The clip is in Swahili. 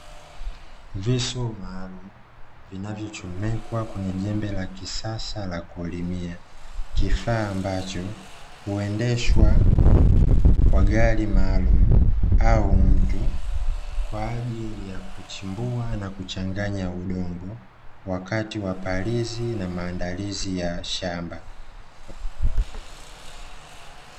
Visu maalumu, vinavyochomekwa kwenye jembe lakisasa la kulimia, kifaa ambacho huendeshwa kwa gari maalumu au mtu, kwa ajili ya kuchimbua na kuchanganya udongo wakati wa palizi na maandalizi ya shamba.